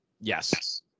yes